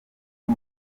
uwo